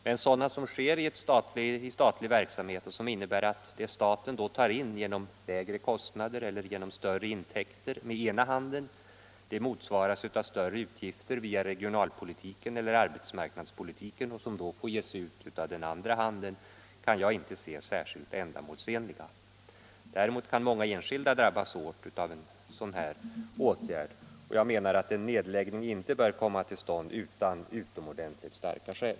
Men sådana rationaliseringar som sker i statlig verksamhet och som innebär att det staten med ena handen tar in genom lägre kostnader eller större intäkter motsvaras av större utgifter via regionalpolitiken eller arbetsmarknadspolitiken och får ges ut av den andra handen kan jag inte finna är särskilt ändamålsenliga. Däremot kan många enskilda drabbas hårt av en sådan här åtgärd och jag menar att en nedläggning inte bör komma till stånd utan utomordentligt starka skäl.